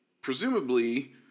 presumably